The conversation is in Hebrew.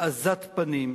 עזת פנים,